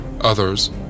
Others